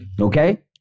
Okay